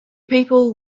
people